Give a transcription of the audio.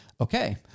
Okay